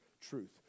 truth